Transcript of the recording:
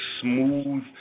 smooth